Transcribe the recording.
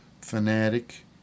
fanatic